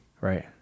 right